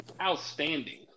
Outstanding